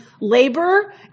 labor